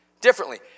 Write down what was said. differently